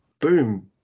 boom